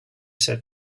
said